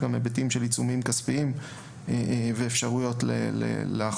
גם היבטים של עיצומים כספיים ואפשרויות לאכוף.